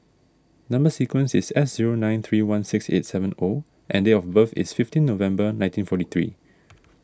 Number Sequence is S zero nine three one six eight seven O and date of birth is fifteen November nineteen forty three